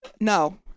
No